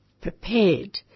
prepared